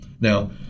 Now